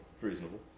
Reasonable